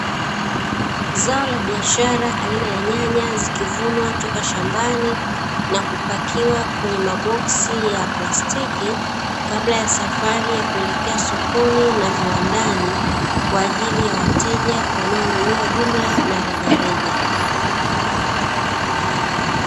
Zao la biashara aina ya nynya zikivunwa toka shambani, na kupakiwa kwenye maboksi ya plastiki kabla ya safari ya kuelekea sokoni na viwandani kwa ajili ya wateja wanao nunua jumla na rejareja.